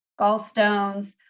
gallstones